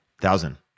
thousand